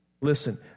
Listen